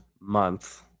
month